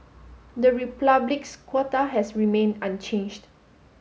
the Republic's quota has remained unchanged